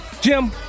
Jim